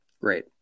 Great